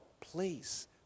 please